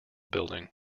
building